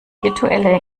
virtuelle